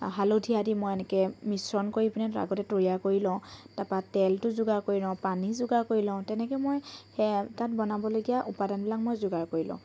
হালধি আদি মই এনেকৈ মিশ্ৰণ কৰি পিনে আগতে তৈয়াৰ কৰি লওঁ তাৰপা তেলটো যোগাৰ কৰি লওঁ পানী যোগাৰ কৰি লওঁ তেনেকৈ মই সেয়া তাত বনাবলগীয়া উপাদানবিলাক মই যোগাৰ কৰি লওঁ